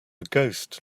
ghost